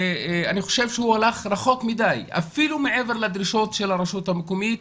אני חושב שהוא הלך רחוק מדי אפילו מעבר לדרישות של הרשות המקומית,